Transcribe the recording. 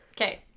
okay